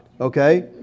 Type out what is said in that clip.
okay